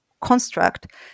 construct